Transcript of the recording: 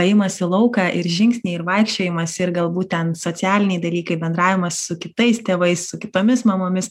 ėjimas į lauką ir žingsniai ir vaikščiojimas ir galbūt ten socialiniai dalykai bendravimas kitais tėvais su kitomis mamomis